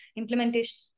implementation